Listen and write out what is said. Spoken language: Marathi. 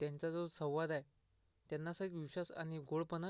त्यांचा जो संवाद आहे त्यांना असं एक विश्वास आणि गोडपणा